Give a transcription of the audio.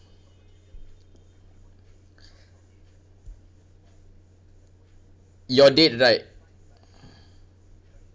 you're dead right